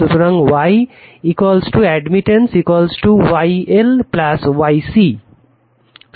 সুতরাং Y admittance YL YC